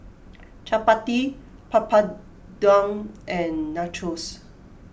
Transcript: Chapati Papadum and Nachos